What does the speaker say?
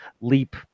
leap